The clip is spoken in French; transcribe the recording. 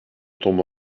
tombe